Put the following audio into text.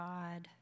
God